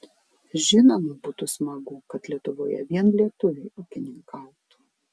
žinoma būtų smagu kad lietuvoje vien lietuviai ūkininkautų